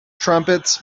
trumpets